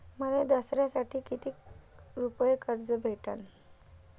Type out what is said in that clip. मले दसऱ्यासाठी कितीक रुपये कर्ज भेटन?